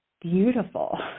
beautiful